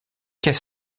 qu’est